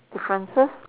differences